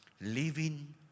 Living